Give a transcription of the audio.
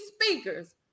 speakers